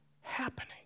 happening